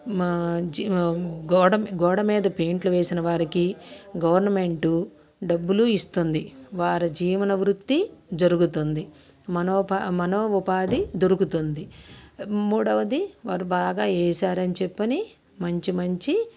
గోడ గోడ మీద పెయింట్లు వేసిన వారికి గవర్నమెంటు డబ్బులు ఇస్తుంది వారు జీవన వృత్తి జరుగుతుంది మనో ఉపాధి దొరుకుతుంది మూడోవది వారు బాగా వేసారు అని చెప్పని మంచి మంచి